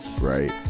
right